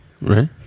Right